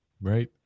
Right